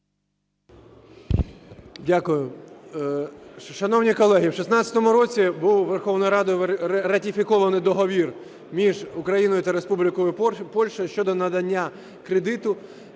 Дякую. Шановні колеги, у 16-му році був Верховною Радою ратифікований Договір між Україною та Республікою Польща щодо надання кредиту